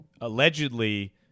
allegedly